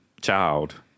child